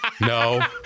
no